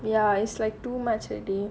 ya is like too much already